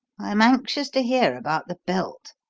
i'm anxious to hear about the belt.